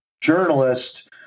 journalist